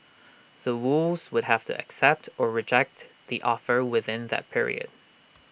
The Woos would have to accept or reject the offer within that period